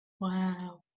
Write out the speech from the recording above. Wow